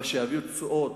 אבל שיביאו תשואות.